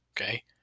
Okay